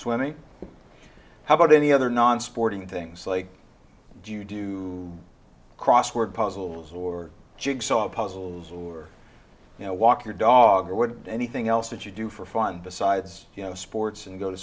twenty how about any other non sporting things like do you do crossword puzzles or jigsaw puzzles or you know walk your dog or would anything else that you do for fun besides you know sports and go to